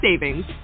savings